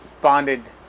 bonded